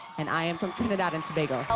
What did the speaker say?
and i am from trinidad and tobago.